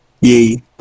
yay